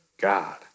God